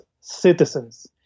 citizens